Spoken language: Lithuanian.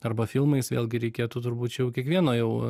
arba filmais vėlgi reikėtų turbūt čia jau kiekvieno jau